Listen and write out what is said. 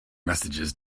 messages